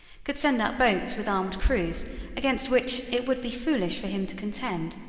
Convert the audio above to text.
could send out boats with armed crews against which it would be foolish for him to contend.